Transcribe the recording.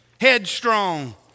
headstrong